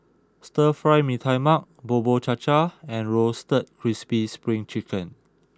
Stir Fry Mee Tai Mak Bubur Cha Cha and Roasted Crispy Spring Chicken